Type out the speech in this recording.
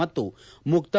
ಮತ್ತು ಮುಕ್ತ